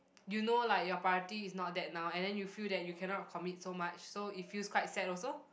you know like your priority is not that now and then you feel that you cannot commit so much so it feels quite sad also